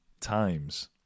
times